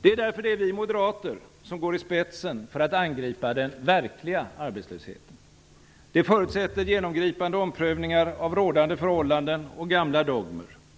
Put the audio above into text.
Det är därför det är vi moderater som går i spetsen för att angripa den verkliga arbetslösheten. Det förutsätter genomgripande omprövningar av rådande förhållanden och gamla dogmer.